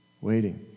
waiting